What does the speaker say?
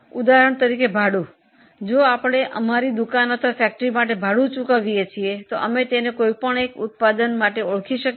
ઉદાહરણ તરીકે ભાડુ જો આપણે દુકાન અથવા ફેક્ટરીનું ભાડું ચૂકવીએ છીએ તો શું તેને કોઈપણ એક ઉત્પાદનમાં ઉમેરી શકીએ